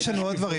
יש לנו עוד דברים.